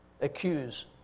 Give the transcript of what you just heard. accuse